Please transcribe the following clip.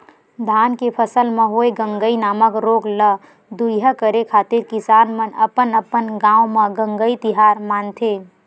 धान के फसल म होय गंगई नामक रोग ल दूरिहा करे खातिर किसान मन अपन अपन गांव म गंगई तिहार मानथे